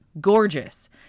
Gorgeous